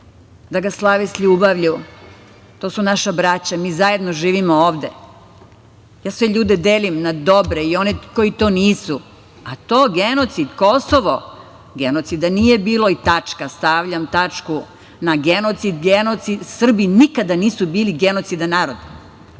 da ga slave s ljubavlju, to su naša braća, mi svi zajedno živimo ovde. Sve ljude delim na dobre i one koji to nisu, a to, genocid, Kosovo. Genocida nije bilo i tačka. Stavljam tačku na genocid. Srbi nikada nisu bili genocidan narod.